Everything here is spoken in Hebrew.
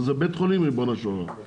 זה בית חולים, ריבונו של עולם.